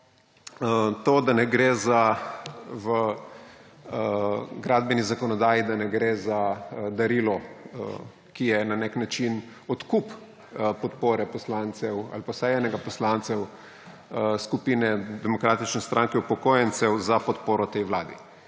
to, da ne gre v gradbeni zakonodaji za darilo, ki je na nek način odkup podpore poslancev ‒ ali pa vsaj enega od poslancev skupine Demokratične stranke upokojencev ‒ za podporo tej vladi.